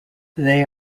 they